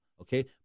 okay